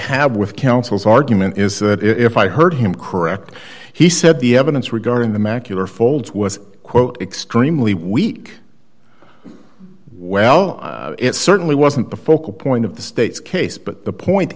have with counsel's argument is that if i heard him correctly he said the evidence regarding the macular folds was quote extremely weak well it certainly wasn't the focal point of the state's case but the point